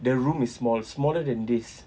the room is small smaller than this